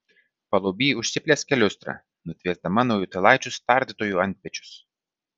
paluby užsiplieskia liustra nutvieksdama naujutėlaičius tardytojų antpečius